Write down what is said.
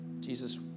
Jesus